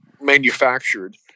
manufactured